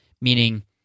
meaning